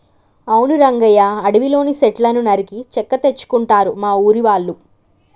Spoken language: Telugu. అవును రంగయ్య అడవిలోని సెట్లను నరికి చెక్క తెచ్చుకుంటారు మా ఊరి వాళ్ళు